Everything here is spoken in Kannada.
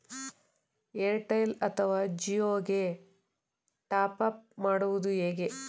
ಏರ್ಟೆಲ್ ಅಥವಾ ಜಿಯೊ ಗೆ ಟಾಪ್ಅಪ್ ಮಾಡುವುದು ಹೇಗೆ?